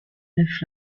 nefs